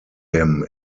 him